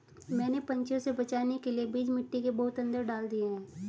मैंने पंछियों से बचाने के लिए बीज मिट्टी के बहुत अंदर डाल दिए हैं